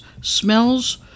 smells